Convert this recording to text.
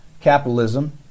capitalism